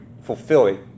fulfilling